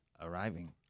arriving